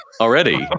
already